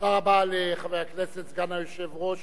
תודה רבה לסגן יושב-ראש